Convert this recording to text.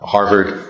Harvard